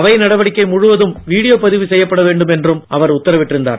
அவை நடவடிக்கை முழுவதும் வீடியோ பதிவு செய்யப்பட வேண்டும் என்றும் அவர் உத்தரவிட்டிருந்தார்